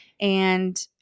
And-